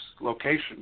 location